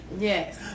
yes